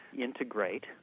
integrate